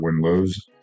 win-lose